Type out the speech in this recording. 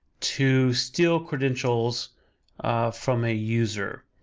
to steal credentials from a user.